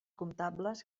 comptables